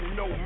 no